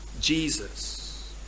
Jesus